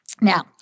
Now